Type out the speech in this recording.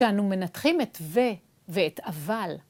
כי אנו מנתחים את ו- ואת אבל.